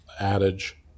adage